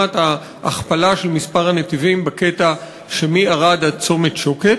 של ההכפלה של מספר הנתיבים בקטע שמערד עד צומת שוקת.